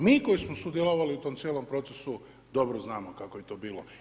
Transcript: Mi koji smo sudjelovali u tom cijelom procesu dobro znamo kako je to bilo.